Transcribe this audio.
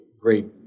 great